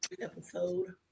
episode